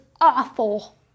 awful